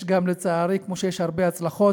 יש גם, לצערי, כמו שיש הרבה הצלחות,